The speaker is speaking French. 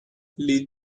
les